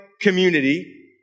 community